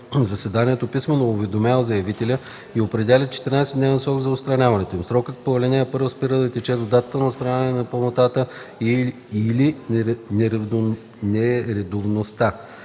заседанието писмено уведомява заявителя и определя 14 дневен срок за отстраняването им. Срокът по ал. 1 спира да тече до датата на отстраняване на непълнотата и/или нередовността.